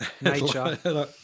nature